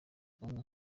umwe